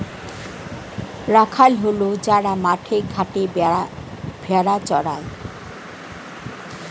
রাখাল হল যারা মাঠে ঘাটে ভেড়া চড়ায়